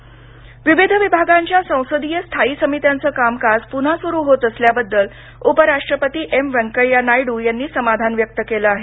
संसदीय समित्या विविध विभागांच्या संसदीय स्थायी समित्यांचं कामकाज पुन्हा सुरू होत असल्याबद्दल उपराष्ट्रपती एम व्यंकय्या नायडू यांनी समाधान व्यक्त केलं आहे